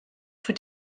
für